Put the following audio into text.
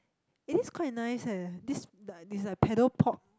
eh this is quite nice eh this like it's like Paddle Pop